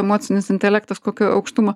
emocinis intelektas kokio aukštumo